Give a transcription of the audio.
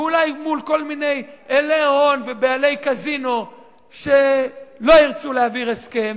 ואולי מול כל מיני אילי הון ובעלי קזינו שלא ירצו להעביר הסכם,